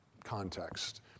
Context